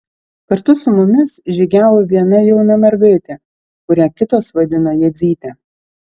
kartu su mumis žygiavo viena jauna mergaitė kurią kitos vadino jadzyte